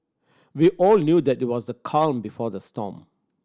we all knew that it was the calm before the storm